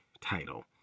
title